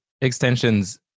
extensions